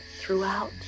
throughout